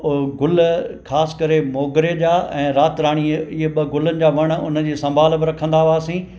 गुल ख़ासि करे मोगिरे जा ऐं राति राणीअ इहे ॿ गुलनि जा वण उन जी संभाल बि रखंदा हुआसीं